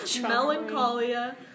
Melancholia